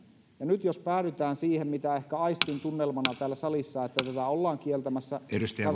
ja nyt jos päädytään siihen mitä ehkä aistin tunnelmana täällä salissa että tätä ollaan kieltämässä kansalaisaloitteen